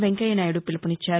వెంకయ్యనాయుడు పిలుపునిచ్చారు